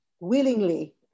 willingly